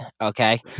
okay